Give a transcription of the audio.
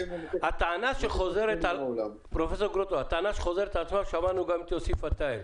הטענה שחוזרת על עצמה, ושמענו גם את יוסי פתאל,